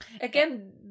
again